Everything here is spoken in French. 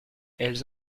elles